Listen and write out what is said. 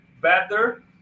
better